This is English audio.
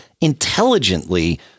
intelligently